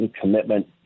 commitment